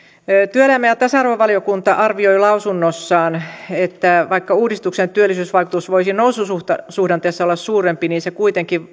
työelämä ja tasa arvovaliokunta arvioi lausunnossaan että vaikka uudistuksen työllisyysvaikutus voisi noususuhdanteessa olla suurempi niin se kuitenkin